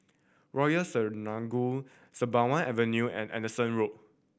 Royal Selangor Sembawang Avenue and Anderson Road